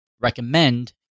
recommend